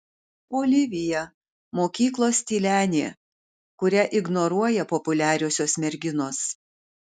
olivija mokyklos tylenė kurią ignoruoja populiariosios merginos